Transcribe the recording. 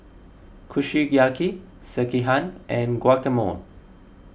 Kushiyaki Sekihan and Guacamole